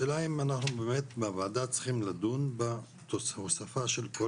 השאלה אם אנחנו באמת בוועדה צריכים לדון בהוספה של כל